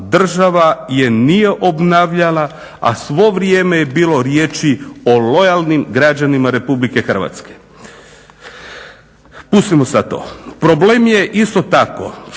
država ih nije obnavljala a svo vrijeme je bilo riječi o lojalnim građanima RH. Pustimo sad to. Problem je isto tako